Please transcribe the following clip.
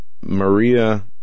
Maria